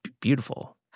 beautiful